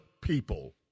people